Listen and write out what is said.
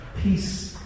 peace